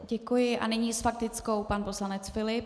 Děkuji a nyní s faktickou pan poslanec Filip.